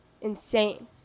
insane